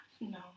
No